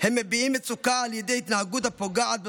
הם מביעים מצוקה על ידי התנהגות הפוגעת בסביבה,